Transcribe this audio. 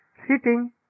sitting